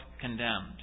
condemned